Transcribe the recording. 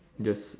just